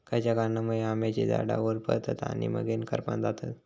खयच्या कारणांमुळे आम्याची झाडा होरपळतत आणि मगेन करपान जातत?